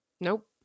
Nope